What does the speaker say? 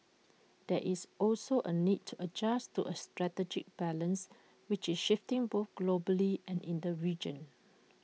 there is also A need to adjust to A strategic balance which is shifting both globally and in the region